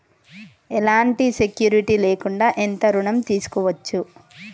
ఎలాంటి సెక్యూరిటీ లేకుండా ఎంత ఋణం తీసుకోవచ్చు?